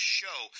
show